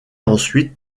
ensuite